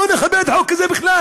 לא נכבד את החוק הזה בכלל.